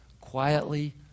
quietly